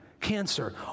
Cancer